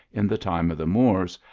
in the time of the moors,